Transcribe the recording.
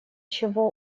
чего